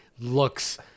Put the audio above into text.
looks